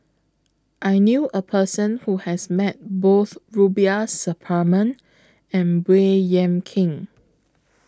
I knew A Person Who has Met Both Rubiah Suparman and Baey Yam Keng